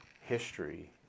history